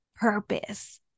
purpose